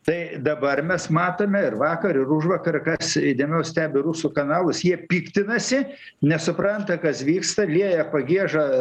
tai dabar mes matome ir vakar ir užvakar kas įdėmiau stebi rusų kanalus jie piktinasi nesupranta kas vyksta lieja pagiežą